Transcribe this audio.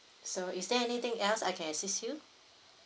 so is there anything else I can assist you